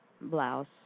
blouse